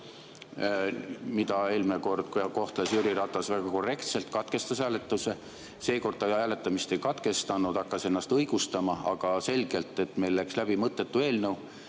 Ratas eelmine kord kohtles väga korrektselt, katkestas hääletuse, seekord ta hääletamist ei katkestanud, hakkas ennast õigustama. Aga selgelt läks meil läbi mõttetu eelnõu,